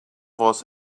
was